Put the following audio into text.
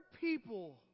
people